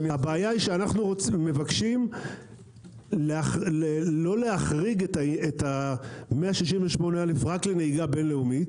הבעיה היא שאנחנו מבקשים לא להחריג את 168א רק לנהיגה בין לאומית,